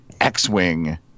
X-Wing